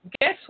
guess